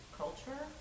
culture